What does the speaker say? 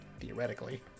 Theoretically